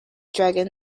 dragon